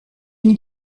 une